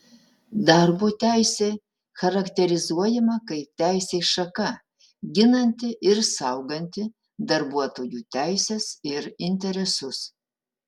darbo teisė charakterizuojama kaip teisės šaka ginanti ir sauganti darbuotojų teises ir interesus